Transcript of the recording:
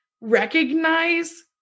recognize